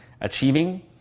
achieving